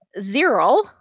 Zero